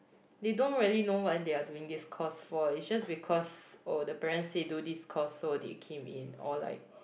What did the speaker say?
they don't really know what they are doing this course for is just because or the parents said do this course so they came in all like